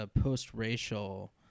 post-racial